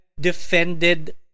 defended